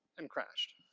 and crashed.